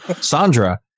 Sandra